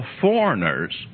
foreigners